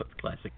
classic